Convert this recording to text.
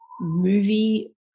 movie